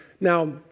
Now